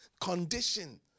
condition